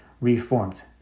reformed